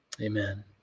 amen